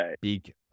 big